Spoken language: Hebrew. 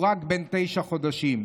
שהוא רק בן תשעה חודשים.